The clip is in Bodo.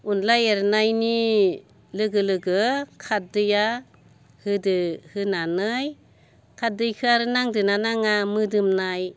अनला एरनायनि लोगो लोगो खारदैआ होदो होनानै खारदैखौ आरो नांदोंना नाङा मोदोमनाय